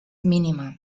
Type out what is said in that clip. mínima